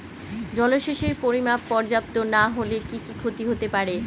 জলসেচের পরিমাণ পর্যাপ্ত না হলে কি কি ক্ষতি হতে পারে?